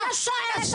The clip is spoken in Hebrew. אני לא שואלת אותך,